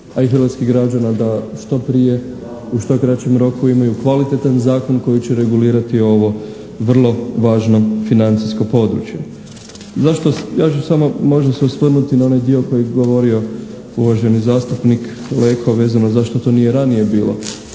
a i hrvatskih građana da što prije u što kraćem roku imaju kvalitetan zakon koji će regulirati ovo vrlo važno financijsko područje. Zašto, ja ću samo možda se osvrnuti na onaj dio koji je govorio uvaženi zastupnik Leko vezano zašto to nije ranije bilo?